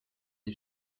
les